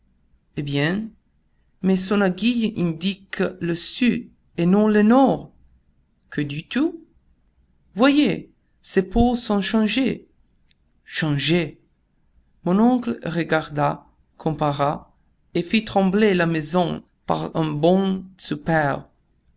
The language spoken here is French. eh bien mais son aiguille indique le sud et non le nord que dis-tu voyez ses pôles sont changés changés mon oncle regarda compara et fit trembler la maison par un bond superbe